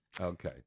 Okay